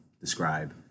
describe